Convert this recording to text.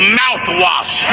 mouthwash